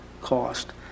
cost